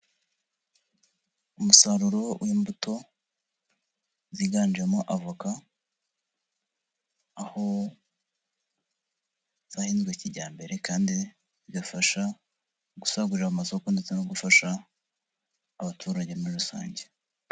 Umusaruro w'imbuto ziganjemo avoka, aho zahinzwe kijyambere kandi zigafasha gusagurira amasoko ndetse no gufasha abaturage muri rusange.